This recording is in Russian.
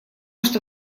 что